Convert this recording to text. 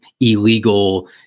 illegal